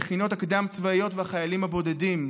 המכינות הקדם-צבאיות והחיילים הבודדים.